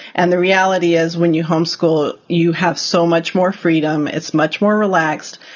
and the reality is, when you homeschool, you have so much more freedom, it's much more relaxed.